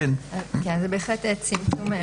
כן, זה בהחלט צמצום משמעותי.